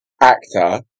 actor